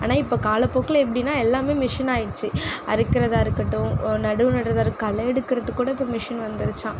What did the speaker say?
ஆனால் இப்போ காலப்போக்கில் எப்படின்னா எல்லாமே மிஷின் ஆகிருச்சு அறுக்கிறதா இருக்கட்டும் நடவு நடுறதா இருக்க களை எடுக்கிறதுக்கு கூட இப்போது மிஷின் வந்திடுச்சாம்